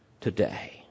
today